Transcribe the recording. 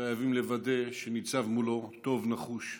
חייבים לוודא שניצב מולו טוב נחוש.